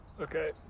Okay